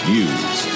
News